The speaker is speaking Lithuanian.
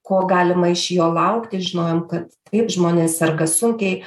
ko galima iš jo laukti žinojom kad taip žmonės serga sunkiai